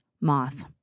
moth